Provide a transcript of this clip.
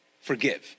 forgive